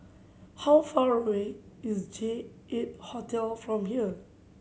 how far away is J Eight Hotel from here